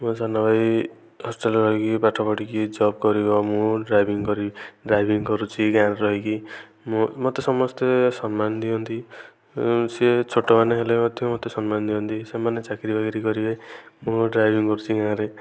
ମୋ ସାନ ଭାଇ ହଷ୍ଟେଲରେ ରହିକି ପାଠ ପଢ଼ିକି ଜବ୍ କରିବ ମୁଁ ଡ୍ରାଇଭିଂ କରିବି ଡ୍ରାଇଭିଂ କରୁଛି ଗାଁରେ ରହିକି ମୋତେ ସମସ୍ତେ ସମ୍ମାନ ଦିଅନ୍ତି ସେ ଛୋଟମାନେ ହେଲେ ମଧ୍ୟ ମୋତେ ସମ୍ମାନ ଦିଅନ୍ତି ସେମାନେ ଚାକିରୀ ବାକିରି କରିବେ ମୁଁ ଡ୍ରାଇଭିଂ କରୁଛି ଗାଁରେ